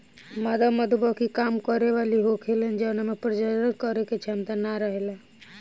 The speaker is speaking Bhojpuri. मादा मधुमक्खी काम करे वाली होखेले जवना में प्रजनन करे के क्षमता ना रहेला